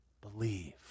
believe